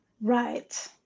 Right